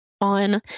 on